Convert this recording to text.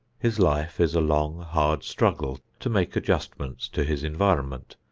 his life is a long, hard struggle to make adjustments to his environment,